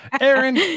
aaron